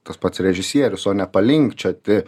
tas pats režisierius o ne palinkčioti